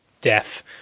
death